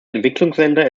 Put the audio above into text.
entwicklungsländer